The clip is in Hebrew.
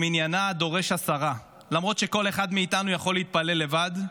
שמניינה דורש עשרה: למרות שכל אחד מאיתנו יכול להתפלל לבד,